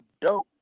dope